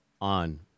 on